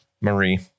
Marie